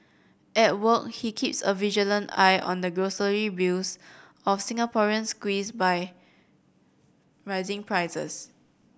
at work he keeps a vigilant eye on the grocery bills of Singaporeans squeezed by rising prices